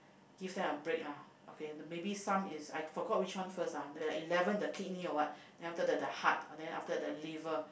give them a break lah okay maybe some is I forgot which one first lah the eleven the kidney or what then after that the heart then after the liver